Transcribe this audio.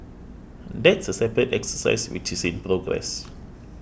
that's a separate exercise which is in progress